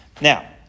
Now